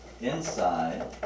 inside